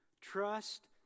Trust